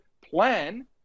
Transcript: plan